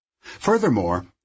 Furthermore